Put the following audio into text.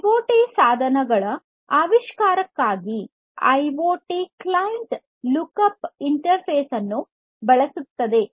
IoT ಸಾಧನಗಳ ಆವಿಷ್ಕಾರಕ್ಕಾಗಿ IoT client lookup interface ಅನ್ನು ಬಳಸುತ್ತದೆ